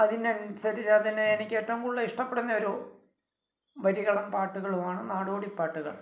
അതിനനുസരിച്ച് അതിന് എനിക്ക് ഏറ്റവും കൂടുതൽ ഇഷ്ടപ്പെടുന്നൊരു വരികളും പാട്ടുകളുമാണ് നാടോടിപ്പാട്ടുകൾ